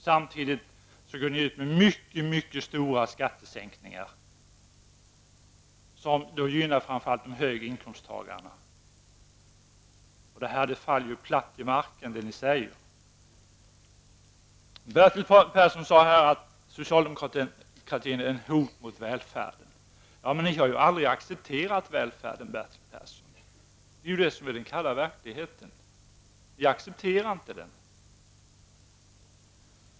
Samtidigt går ni ut med mycket stora skattesänkningar, som gynnar framför allt de högre inkomsttagarna. Det ni säger här faller därför platt till marken. Bertil Persson sade att socialdemokratin är ett hot mot välfärden. Men ni har ju aldrig accepterat välfärden, Bertil Persson! Det är den kalla verkligheten -- ni accepterar inte den.